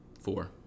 Four